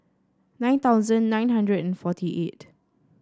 nine thousand nine hundred and forty eight